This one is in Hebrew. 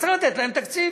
אז צריך לתת להם תקציב.